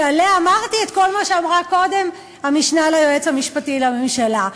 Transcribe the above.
שעליה אמרתי את כל מה שאמרה קודם המשנה ליועץ המשפטי לממשלה.